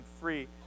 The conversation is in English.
free